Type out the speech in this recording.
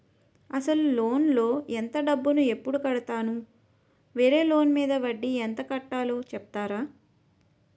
అసలు లోన్ లో కొంత డబ్బు ను ఎప్పుడు కడతాను? వేరే లోన్ మీద వడ్డీ ఎంత కట్తలో చెప్తారా?